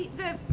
the